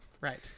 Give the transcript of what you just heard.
Right